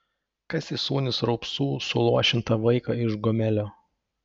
kas įsūnys raupsų suluošintą vaiką iš gomelio